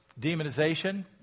demonization